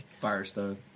Firestone